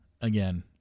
again